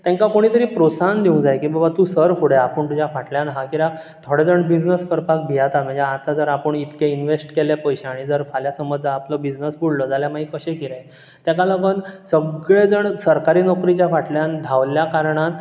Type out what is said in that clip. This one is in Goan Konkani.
तेंकां कोणी तरी प्रोत्साहन दिवंक जाय की बाबा तूं सर फुडें आपूण तुज्या फाटल्यान आहा कित्याक थोडे जाण बिझनस करपाक भियाता म्हणजे आतां जर आपूण इतके इनवॅस्ट केले पयशे आनी जर फाल्यां समज ज आपलो बिझनस बुडलो जाल्यार मागीर कशें कितें तेका लागून सगळे जाण सरकारी नोकरेच्या फाटल्यान धांवल्ल्या कारणान